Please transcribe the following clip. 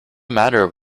matter